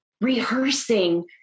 rehearsing